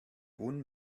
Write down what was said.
own